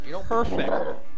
Perfect